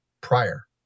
prior